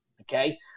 Okay